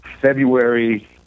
February